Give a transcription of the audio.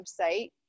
website